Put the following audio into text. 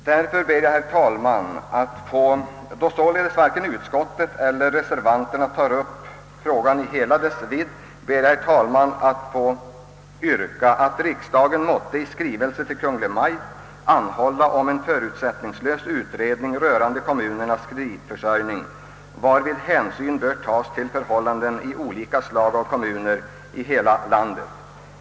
Då således varken utskottet eller reservanterna tar upp frågan utifrån de utgångspunkter jag anfört, ber jag, herr talman, att få yrka att riksdagen måtte i skrivelse till Kungl. Maj:t anhålla om en förutsättningslös utredning rörande kommunernas kreditförsörjning, varvid hänsyn bör tas till förhållandena i olika slag av kommuner i hela landet.